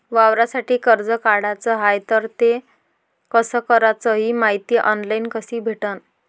वावरासाठी कर्ज काढाचं हाय तर ते कस कराच ही मायती ऑनलाईन कसी भेटन?